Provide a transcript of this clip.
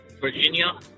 Virginia